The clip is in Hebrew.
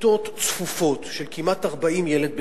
בכיתות צפופות של כמעט 40 ילד בכיתה,